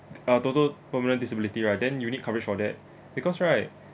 ah total permanent disability right then you need coverage for that because right